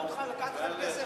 שאלו אותך: לקחת לך כסף,